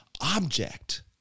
object